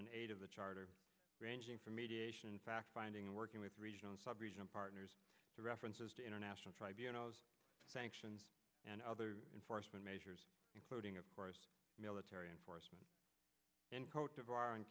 and eight of the charter ranging from mediation fact finding and working with regional partners to references to international tribunals sanctions and other enforcement measures including of course military enforcement in cote d'iv